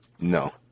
No